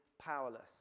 powerless